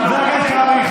חבר הכנסת קרעי,